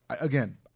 again